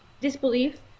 disbelief